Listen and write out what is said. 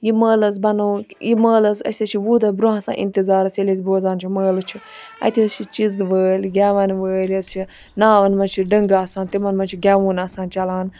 یہِ مٲلہٕ حظ بَنووُکھ یہِ مٲلہٕ حظ أسۍ حظ چھِ وُہہ دۄہہ برونٛہہ آسان اِنتِظارَس ییٚلہِ أسۍ بوزان چھِ مٲلہٕ چھُ اَتہِ حظ چھِ چِز وٲلۍ گیٚوَن وٲلۍ حظ چھِ ناوَن مَنٛز چھِ ڈٕنٛگہٕ آسان تِمَن مَنٛز چھُ گیٚوُن آسان چَلان